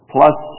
Plus